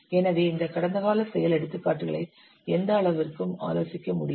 எனவே இந்த கடந்தகால செயல் எடுத்துக்காட்டுகளை எந்த அளவிற்கும் ஆலோசிக்க முடியும்